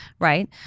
right